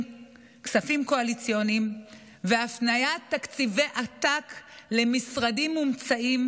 כספים קואליציוניים והפניית תקציבי עתק למשרדים מומצאים,